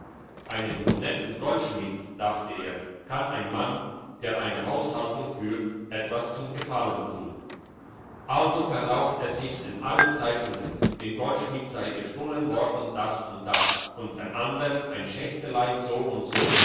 einem honetten goldschmied dachte er kann ein mann der eine haushaltung führt etwas zum gefallen tun also verlauft es sich in alle zeitungen dem goldschmied sei gestohlen worden das und das unter andern ein schächtelein so und so